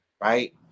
right